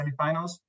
semifinals